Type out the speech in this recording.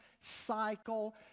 cycle